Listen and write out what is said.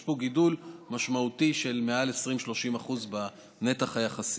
יש פה גידול משמעותי של מעל 20% 30% בנתח היחסי.